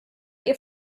ihr